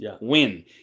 win